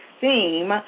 theme